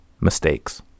mistakes